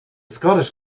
scottish